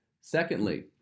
Secondly